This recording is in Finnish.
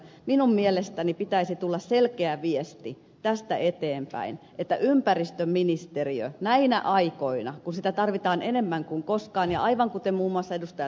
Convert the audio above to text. minun mielestäni pitäisi tulla selkeä viesti tästä eteenpäin että ympäristöministeriö näinä aikoina kun sitä tarvitaan enemmän kuin koskaan ja aivan kuten muun muassa ed